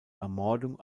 ermordung